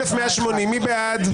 1,180 מי בעד?